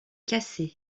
cassé